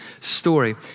story